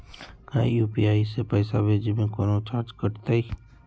का यू.पी.आई से पैसा भेजे में कौनो चार्ज कटतई?